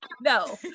no